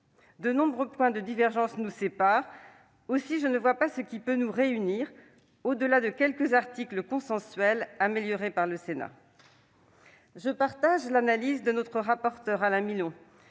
De nombreux points de divergence nous séparent. Aussi, je ne vois pas ce qui peut nous réunir au-delà de quelques articles consensuels que le Sénat a améliorés. Je partage l'analyse de notre rapporteur Alain Milon